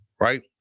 right